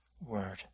Word